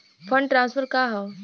Fund transfer का हव?